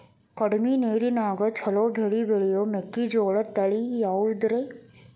ಕಡಮಿ ನೇರಿನ್ಯಾಗಾ ಛಲೋ ಬೆಳಿ ಬೆಳಿಯೋ ಮೆಕ್ಕಿಜೋಳ ತಳಿ ಯಾವುದ್ರೇ?